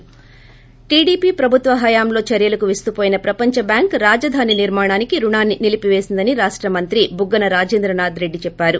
ి టీడీపీ ప్రభుత్వ హయాంలో చర్యలకు విస్తుపోయిన ప్రపంచ బ్యాంకు రాజధాని నిర్మాణానికి రుణాన్ని నిలిపిపేసిందని రాష్ట మంత్రి బుగ్గన రాజేంద్రనాథ్ రెడ్డి చెప్పారు